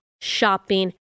shopping